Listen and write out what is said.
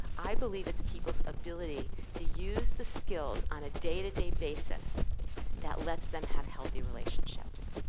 i believe it's people's ability to use the skills on a day-to-day basis that lets them have healthy relationships.